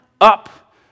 up